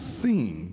seen